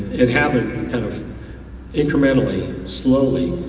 it happened kind of incrementally, slowly,